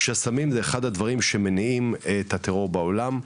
שסמים זה אחד הדברים שמניעים את הטרור בעולם.